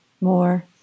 more